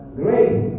grace